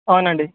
అవునండి